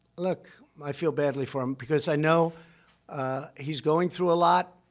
look, i feel badly for him because i know he's going through a lot.